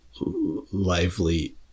lively